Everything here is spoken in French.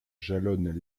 jalonnent